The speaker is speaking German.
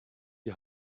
die